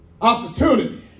opportunity